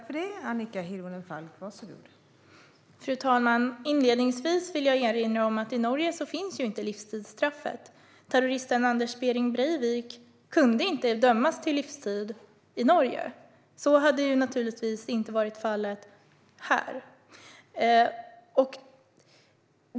Fru talman! Inledningsvis vill jag erinra om att livstidsstraffet ju inte finns i Norge. Terroristen Anders Behring Breivik kunde inte dömas till livstid i Norge. Så hade naturligtvis inte varit fallet här.